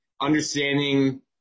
understanding